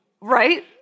right